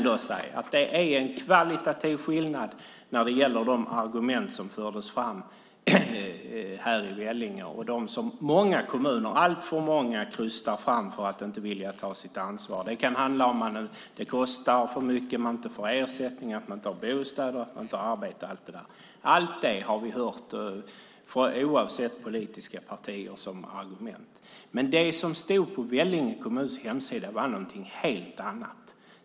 Det är en kvalitativ skillnad mellan de argument som fördes fram i Vellinge och de som alltför många kommuner krystar fram för att inte vilja ta sitt ansvar. Det kan handla om att det kostar för mycket, att man inte får ersättning, att man inte har bostäder och att man inte har arbete. Allt det har vi hört som argument, oavsett partitillhörighet. Det som stod på Vellinge kommuns hemsida var något helt annat.